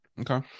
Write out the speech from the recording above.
Okay